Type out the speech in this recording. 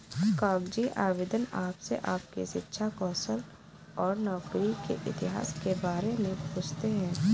कागजी आवेदन आपसे आपकी शिक्षा, कौशल और नौकरी के इतिहास के बारे में पूछते है